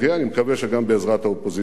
אני מקווה שגם בעזרת האופוזיציה.